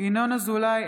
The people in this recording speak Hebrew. ינון אזולאי,